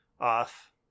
off